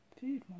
food